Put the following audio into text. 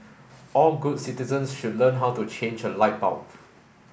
all good citizens should learn how to change a light bulb